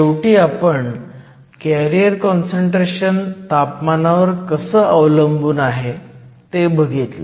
शेवटी आपण carrier concentration तापमानावर कसं अवलंबून आहे ते बघितलं